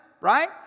Right